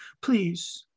Please